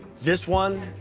this one,